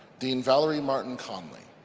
dean valerie martin conley.